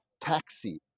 taxi